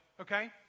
Okay